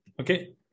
Okay